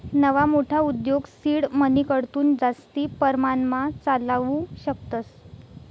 नवा मोठा उद्योग सीड मनीकडथून जास्ती परमाणमा चालावू शकतस